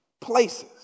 places